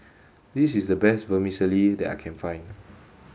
this is the best Vermicelli that I can find